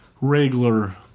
regular